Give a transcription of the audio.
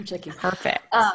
Perfect